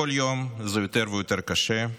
בכל יום זה יותר ויותר קשה.